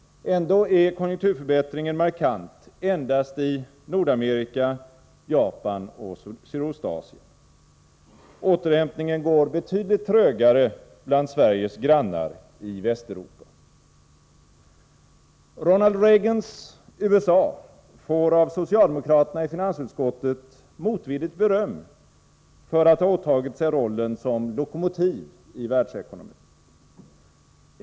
Ändå är konjunkturförbättringen markant endast i Nordamerika, Japan och Sydostasien. Återhämtningen går betydligt trögare bland Sveriges grannar i Västeuropa. Ronald Reagans USA får av socialdemokraterna i finansutskottet motvilligt beröm för att ha åtagit sig rollen som lokomotiv i världsekonomin.